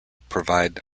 provide